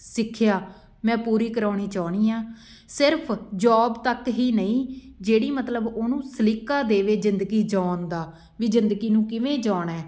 ਸਿੱਖਿਆ ਮੈਂ ਪੂਰੀ ਕਰਵਾਉਣੀ ਚਾਹੁੰਦੀ ਹਾਂ ਸਿਰਫ਼ ਜੋਬ ਤੱਕ ਹੀ ਨਹੀਂ ਜਿਹੜੀ ਮਤਲਬ ਉਹਨੂੰ ਸਲੀਕਾ ਦੇਵੇ ਜ਼ਿੰਦਗੀ ਜਿਊਣ ਦਾ ਵੀ ਜ਼ਿੰਦਗੀ ਨੂੰ ਕਿਵੇਂ ਜਿਊਣਾ